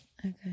Okay